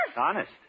Honest